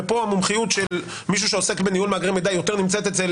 ופה המומחיות של מישהו שעוסק בניהול מאגרי מידע יותר נמצאת אצל